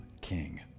king